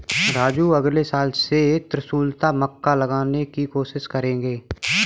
राजू अगले साल से हम त्रिशुलता मक्का उगाने की कोशिश करेंगे